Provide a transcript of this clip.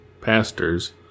pastors